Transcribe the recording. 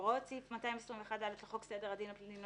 הוראות סעיף 221(ד) לחוק סדר הדין הפלילי ,